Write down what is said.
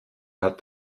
hat